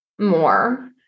more